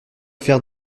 faire